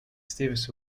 stevens